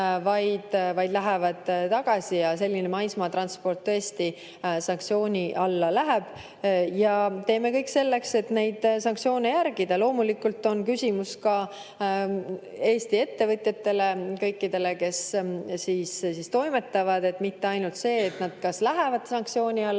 vaid lähevad tagasi. Selline maismaatransport tõesti sanktsiooni alla läheb ja me teeme kõik selleks, et neid sanktsioone järgida. Loomulikult on küsimus ka kõikidele Eesti ettevõtjatele, kes toimetavad, mitte ainult see, kas nad lähevad sanktsiooni alla,